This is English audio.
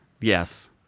Yes